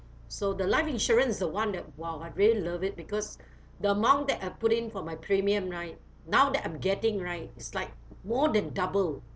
so the life insurance is the one that !wow! I really love it because the amount that I put in for my premium right now that I'm getting right is like more than double